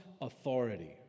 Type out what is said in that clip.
authority